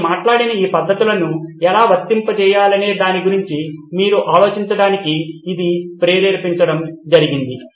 నేను మాట్లాడిన ఈ పద్ధతులను ఎలా వర్తింపజేయాలనే దాని గురించి మీరు ఆలోచించటానికి ఇది ప్రేరేపించడం జరిగింది